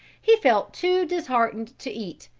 he felt too disheartened to eat,